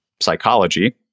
psychology